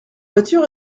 voiture